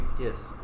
Yes